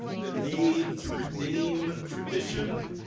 the need to redeem tradition,